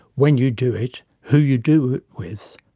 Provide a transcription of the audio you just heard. when you do it, who you do it with.